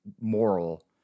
moral